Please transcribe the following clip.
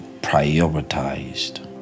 prioritized